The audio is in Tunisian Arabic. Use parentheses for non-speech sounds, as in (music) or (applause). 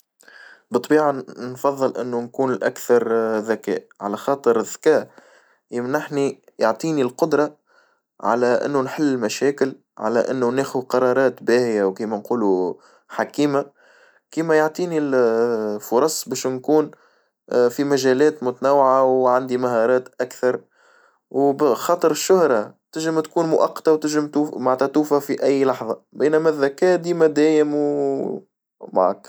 بطبيعة نفظل إنه نكون الأكثر ذكاء، على خاطر الذكاء يمنحني يعطيني القدرة على إنو نحل المشاكل على إنو ناخدو قرارات باهية وكيما نقولو حكيمة، كيما يعطيني الفرص باش نكون (hesitation) في مجالات متنوعة وعندي مهارات أكثر أو بخاطر الشهرة تجم تكون مؤقتة وتجم توفى معنتها توفى في أي لحظة، بينما الذكاء ديما دايم ومعك.